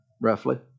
roughly